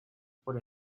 por